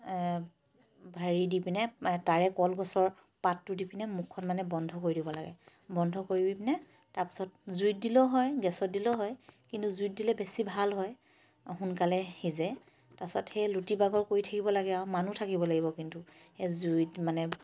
হেৰি দি পিনে তাৰে কলগছৰ পাতটো দি পিনে মুখখন মানে বন্ধ কৰি দিব লাগে বন্ধ কৰি পিনে তাৰপিছত জুইত দিলেও হয় গেছত দিলেও হয় কিন্তু জুইত দিলে বেছি ভাল হয় সোনকালে সিজে তাৰপিছত সেই লুটি বাগৰ কৰি থাকিব লাগে আৰু মানুহ থাকিব লাগিব কিন্তু জুইত মানে